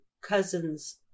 cousins